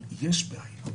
אבל יש בעיה.